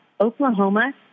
Oklahoma